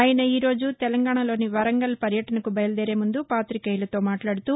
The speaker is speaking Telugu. ఆయన ఈరోజు తెలంగాణాలోని వరంగల్ పర్యటనకు బయలుదేరే ముందు పాతికేయులతో మాట్లాడుతూ